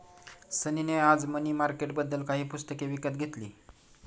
सनी ने आज मनी मार्केटबद्दल काही पुस्तके विकत घेतली